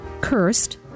cursed